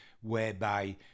whereby